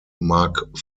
mark